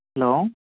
hello